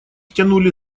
тянули